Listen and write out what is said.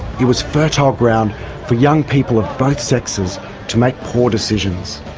it was fertile ground for young people of both sexes to make poor decisions.